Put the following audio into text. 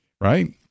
Right